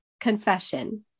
confession